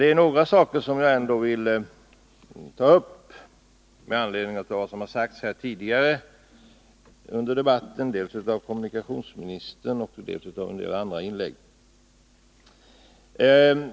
Det är några saker som jag ändå vill ta upp med anledning av vad som sagts här tidigare under debatten dels av kommunikationsministern, dels av andra talare.